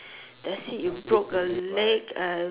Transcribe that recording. that's it you broke a leg and